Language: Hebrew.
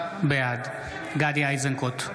בעד גדי איזנקוט,